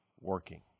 working